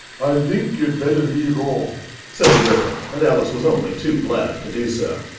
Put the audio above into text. i think you'd better leave off said the gryphon and alice was only too glad to do so.